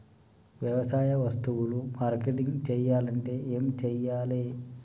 వ్యవసాయ వస్తువులు మార్కెటింగ్ చెయ్యాలంటే ఏం చెయ్యాలే?